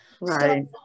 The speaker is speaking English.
Right